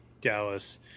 Dallas